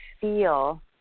feel